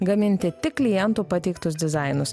gaminti tik klientų pateiktus dizainus